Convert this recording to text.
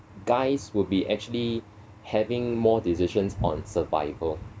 guys will be actually having more decisions on survival